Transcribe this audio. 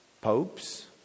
popes